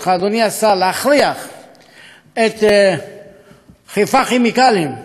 היא להכריח את "חיפה כימיקלים" להתחייב